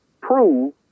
prove